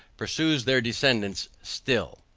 pursues their descendants still.